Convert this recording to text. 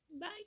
bye